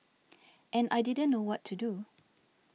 and I didn't know what to do